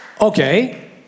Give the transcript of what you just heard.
Okay